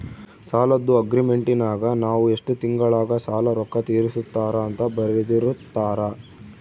ಸಾಲದ್ದು ಅಗ್ರೀಮೆಂಟಿನಗ ನಾವು ಎಷ್ಟು ತಿಂಗಳಗ ಸಾಲದ ರೊಕ್ಕ ತೀರಿಸುತ್ತಾರ ಅಂತ ಬರೆರ್ದಿರುತ್ತಾರ